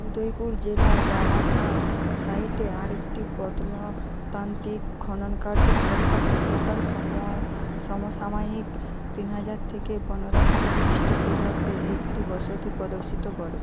উদয়পুর জেলার বালাথাল সাইটে আরেকটি প্রত্নতাত্ত্বিক খননকার্য হরপ্পা সভ্যতার সময় সমসাময়িক তিন হাজার থেকে পনেরো হাজার খিস্টপূর্বাব্দে একটি বসতি প্রদর্শিত করে